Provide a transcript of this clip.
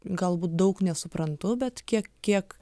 galbūt daug nesuprantu bet kiek kiek